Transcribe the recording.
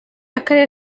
akarere